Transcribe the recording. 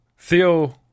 Theo